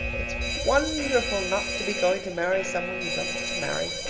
it's wonderful not to be going to marry some one you don't want to marry.